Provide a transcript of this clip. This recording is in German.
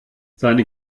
seine